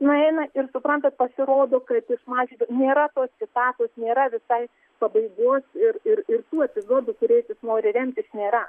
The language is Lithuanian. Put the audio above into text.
nueina ir suprantat pasirodo kad iš mažvydo nėra tos citatos nėra visai pabaigos ir ir tų epizodų kuriais jis nori remtis nėra